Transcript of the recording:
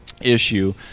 issue